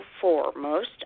foremost